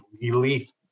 elite